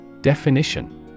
Definition